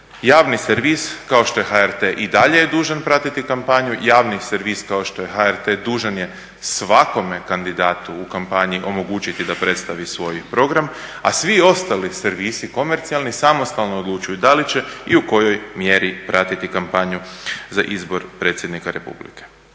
javni servis kao što je HRT i dalje je dužan pratiti kampanju, javni servis kao što je HRT dužan je svakome kandidatu u kampanji omogućiti da predstavi svoj program, a svi ostali servisi komercijalni samostalno odlučuje da li će i u kojoj mjeri pratiti kampanju za izbor Predsjednika Republike.